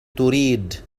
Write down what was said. تريد